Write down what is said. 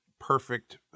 perfect